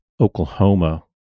Oklahoma